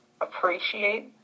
appreciate